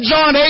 John